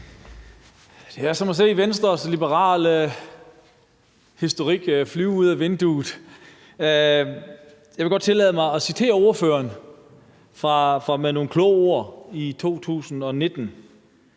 Det er som at se Venstres liberale historik flyve ud af vinduet. Jeg vil godt tillade mig at citere ordføreren for nogle kloge ord i 2019: